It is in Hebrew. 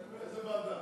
איזה ועדה?